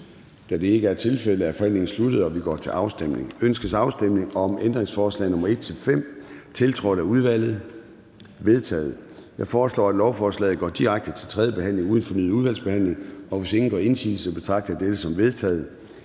Da det ikke er tilfældet, er forhandlingen sluttet, og vi går til afstemning. Kl. 10:25 Afstemning Formanden (Søren Gade): Ønskes afstemning om ændringsforslag nr. 1-11, tiltrådt af udvalget? De er vedtaget. Jeg foreslår, at lovforslaget går direkte til tredje behandling uden fornyet udvalgsbehandling. Hvis ingen gør indsigelse, betragter jeg dette som vedtaget.